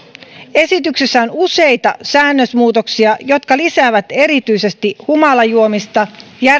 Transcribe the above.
esityksessä on useita säännösmuutoksia jotka lisäävät erityisesti humalajuomista